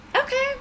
Okay